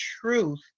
truth